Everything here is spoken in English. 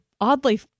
oddly